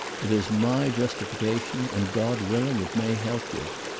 it is my justification, and god willing, it may help you.